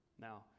Now